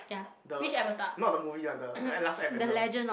the not the movie one the the air last air bender